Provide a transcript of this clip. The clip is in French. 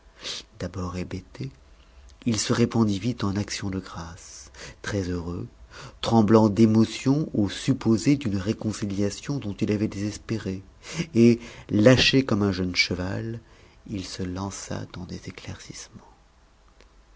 d'abord hébété il se répandit vite en actions de grâces très heureux tremblant d'émotion au supposé d'une réconciliation dont il avait désespéré et lâché comme un jeune cheval il se lança dans des éclaircissements